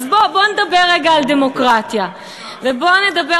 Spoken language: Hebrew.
בוא נדבר רגע על דמוקרטיה ובוא נדבר,